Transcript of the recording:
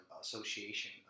association